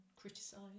criticise